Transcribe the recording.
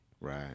Right